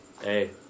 Hey